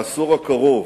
בעשור הקרוב,